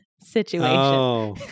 situation